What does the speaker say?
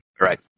Right